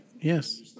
yes